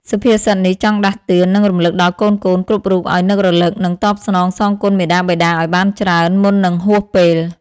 សុភាសិតនេះចង់ដាស់តឿន និងរំលឹកដល់កូនៗគ្រប់រូបឲ្យនឹករលឹកនិងតបស្នងសងគុណមាតាបិតាឲ្យបានច្រើន មុននឹងហួសពេល។